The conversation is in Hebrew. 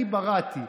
אני בראתי,